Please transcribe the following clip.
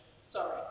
Sorry